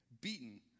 beaten